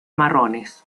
marrones